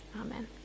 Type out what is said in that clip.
Amen